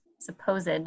supposed